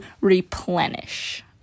replenish